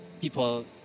People